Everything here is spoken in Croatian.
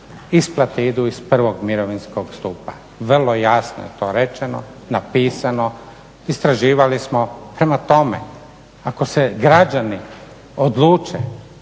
isplate idu iz prvog mirovinskog stupa. Vrlo jasno je to rečeno, napisano, istraživali smo. Prema tome, ako se građani odluče